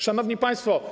Szanowni Państwo!